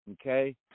okay